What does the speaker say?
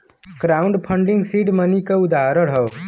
crowd funding seed money क उदाहरण हौ